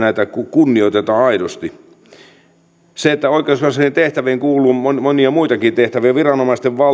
kunnioitetaan aidosti oikeuskanslerin tehtäviin kuuluu monia muitakin tehtäviä viranomaisten